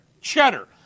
Cheddar